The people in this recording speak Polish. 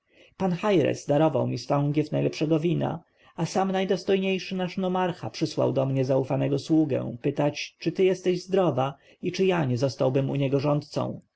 pan chaires darował mi stągiew najlepszego wina a sam najdostojniejszy nasz nomarcha przysłał do mnie zaufanego sługę pytać czy ty jesteś zdrowa i czy ja nie zostałbym u niego rządcą